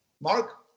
Mark